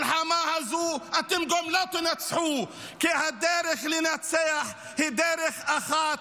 במלחמה הזו אתם גם לא תנצחו כי הדרך לנצח היא בדרך אחת,